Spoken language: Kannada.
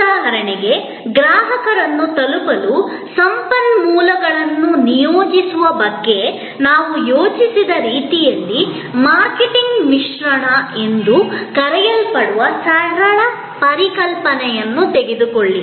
ಉದಾಹರಣೆಗೆ ಗ್ರಾಹಕರನ್ನು ತಲುಪಲು ಸಂಪನ್ಮೂಲಗಳನ್ನು ನಿಯೋಜಿಸುವ ಬಗ್ಗೆ ನಾವು ಯೋಚಿಸಿದ ರೀತಿಯಲ್ಲಿ ಮಾರ್ಕೆಟಿಂಗ್ ಮಿಶ್ರಣ ಎಂದು ಕರೆಯಲ್ಪಡುವ ಸರಳ ಪರಿಕಲ್ಪನೆಯನ್ನು ತೆಗೆದುಕೊಳ್ಳಿ